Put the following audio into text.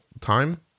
time